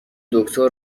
دکتر